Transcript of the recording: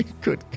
Good